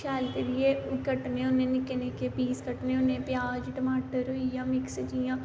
शैल करियै कट्टने होने निक्के निक्के पीस कट्टने होने प्याज़ टमाटर होईया मिक्स जियां